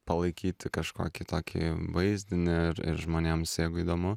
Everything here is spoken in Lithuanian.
palaikyti kažkokį tokį vaizdinį ir ir žmonėms jeigu įdomu